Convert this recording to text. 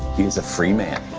he is a free man.